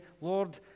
Lord